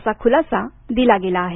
असा खुलासा दिला गेला आहे